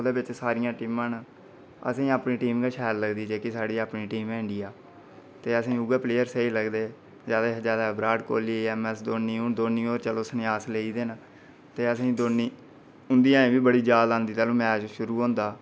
ओह्दे च सारियां टीमां न असेंगी अपनी टीम गै शैल लगदी जेह्की साढ़ी अपनी टीम ऐ इंडिया ते असेंगी उ'ऐ प्लेयर शैल लगदे जादै कशा जादै विराट कोहली एम एस धोनी हून धोनी होर चलो सन्यास लेई दे न सानूं धोनी असेंगी हून बी उंदी बड़ी याद औंदी जैलूं मैच शुरू होंदा